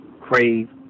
crave